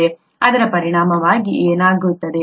ಅದರ ಪರಿಣಾಮವಾಗಿ ಏನಾಗುತ್ತದೆ